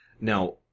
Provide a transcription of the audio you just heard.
Now